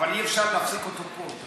אבל אי-אפשר להפסיק אותו פה.